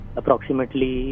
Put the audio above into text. approximately